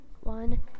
One